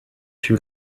sur